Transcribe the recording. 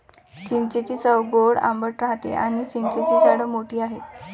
चिंचेची चव गोड आंबट राहते आणी चिंचेची झाडे मोठी आहेत